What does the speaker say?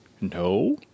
no